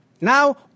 Now